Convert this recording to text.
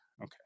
Okay